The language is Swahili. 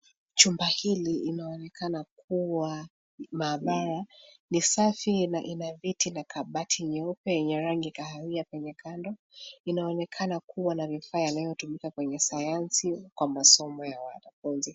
Chumba hili inaonekana kua maabara. Ni safi na ina viti na kabati nyeupe yenye rangi kahawia kwenye kando. Inaonekana kua na vifaa yanayotumika kwenye sayansi kwa masomo ya wanafunzi.